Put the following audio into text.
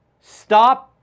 Stop